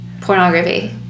pornography